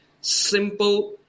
Simple